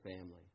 family